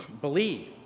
believe